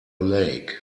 lake